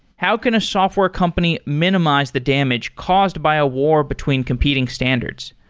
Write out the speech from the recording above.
how can a software company minimize the damage caused by a war between competing standards?